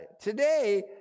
today